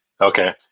okay